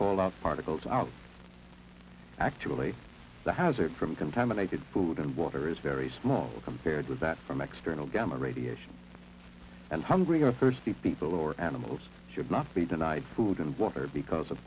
fallout particles are actually the hazard from contaminated food and water is very small compared with that from external gamma radiation and hungry or thirsty people or animals should not be denied food and water because of